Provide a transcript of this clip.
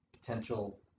potential